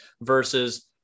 versus